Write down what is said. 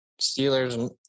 Steelers